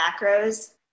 macros